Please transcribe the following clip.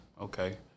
okay